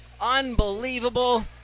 Unbelievable